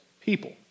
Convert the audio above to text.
people